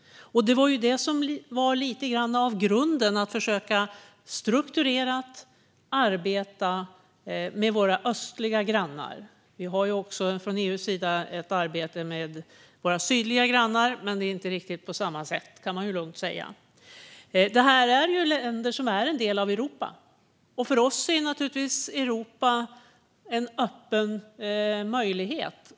Det var detta som var lite av grunden till att vi började arbeta strukturerat med våra östliga grannar. Från EU:s sida har vi ju också ett arbete med våra sydliga grannar, men det är inte riktigt på samma sätt där, kan man lugnt säga. Det östliga partnerskapet omfattar länder som är en del av Europa. För oss är Europa en öppen möjlighet.